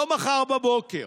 לא מחר בבוקר,